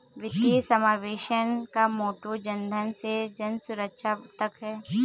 वित्तीय समावेशन का मोटो जनधन से जनसुरक्षा तक है